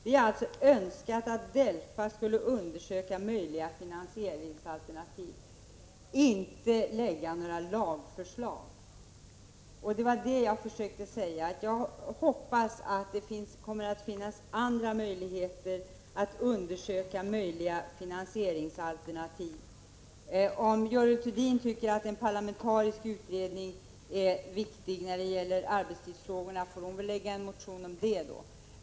Vi har önskat att DELFA skulle undersöka möjliga finansieringsalternativ, inte lägga fram några lagförslag. Det var det jag försökte säga. Jag hoppas att det kommer att finnas andra möjligheter att undersöka finansieringsalter — Prot. 1986/87:19 nativ. S november 1986 Om Görel Thurdin tycker att en parlamentarisk utredning är viktig närdet. 40 gäller arbetstidsfrågorna, får hon väl väcka en motion om det.